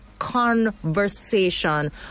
conversation